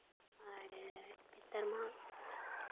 ᱟᱨ ᱱᱮᱛᱟᱨ ᱢᱟ